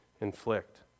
inflict